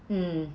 mm